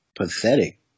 Pathetic